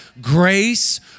grace